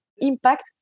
impact